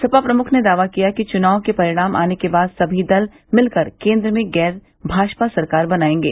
सपा प्रमुख ने दावा किया कि चुनाव के परिणाम आने के बाद सभी दल मिलकर केन्द्र में गैर भाजपा सरकार बनायेंगे